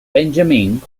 benjamin